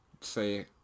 say